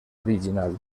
original